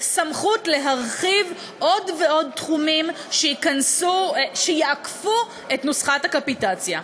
סמכות להרחיב עוד ועוד תחומים שיעקפו את נוסחת הקפיטציה.